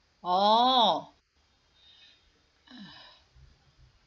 oh